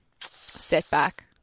Setback